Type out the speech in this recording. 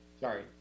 sorry